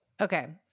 Okay